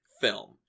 film